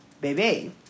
baby